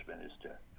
minister